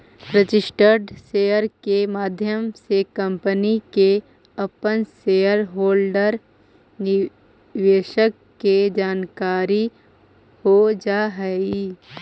registered share के माध्यम से कंपनी के अपना शेयर होल्डर निवेशक के जानकारी हो जा हई